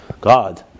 God